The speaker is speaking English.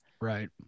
Right